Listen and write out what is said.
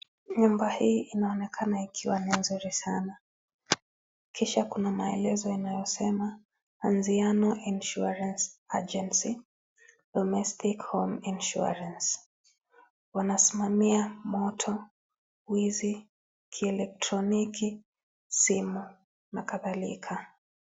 Nyumba hii inaonekana ikiwa ni nzuri sana kisha kuna maelezo inayosema Anziano Insurance Agency domestic home insurance .wanasimamia moto, wizi kielektroniki, simu na kadhalika .